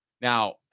Now